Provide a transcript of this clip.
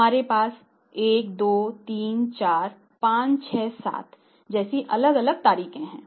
हमारे पास 1234567 जैसी अलग अलग तारीखें हैं